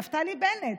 נפתלי בנט,